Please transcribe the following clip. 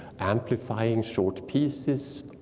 amplifying short pieces,